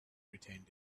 retained